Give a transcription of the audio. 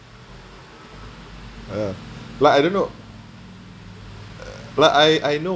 !aiya! like I don't know like I I know